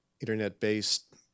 internet-based